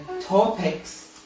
topics